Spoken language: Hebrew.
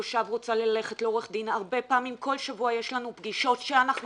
תושב רוצה ללכת לעורך דין בכל שבוע יש לנו פגישות שאנחנו